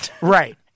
Right